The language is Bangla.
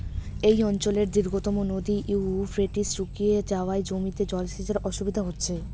এই অঞ্চলের দীর্ঘতম নদী ইউফ্রেটিস শুকিয়ে যাওয়ায় জমিতে সেচের অসুবিধে হচ্ছে